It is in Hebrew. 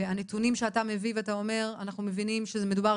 והנתונים שאתה מביא ואתה אומר אנחנו מבינים שזה מדובר